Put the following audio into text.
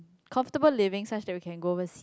comfortable living such that we can go over